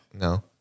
No